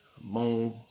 Boom